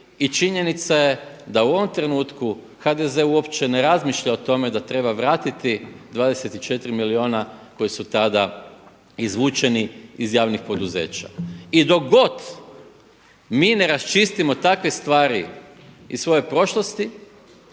činjenica je da u ovom trenutku HDZ uopće ne razmišlja o tome da treba vratiti 24 milijuna koje su tada izvučeni iz javnih poduzeća. I dok god mi ne raščistimo takve stvari iz svoje prošlosti,